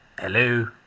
Hello